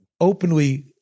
openly